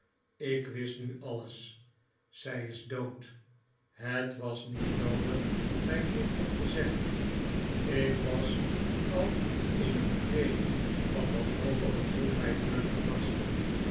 ik wist nu alles zij is dood het was niet noodig mij dit nog te zeggen ik was al in een kreet van wanhopige droefheid uitgebarsten